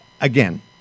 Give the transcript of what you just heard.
again